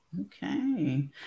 Okay